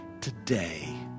today